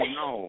no